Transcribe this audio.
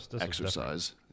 exercise